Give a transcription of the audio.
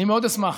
אני מאוד אשמח.